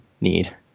need